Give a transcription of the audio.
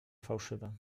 fałszywe